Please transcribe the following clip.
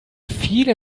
viele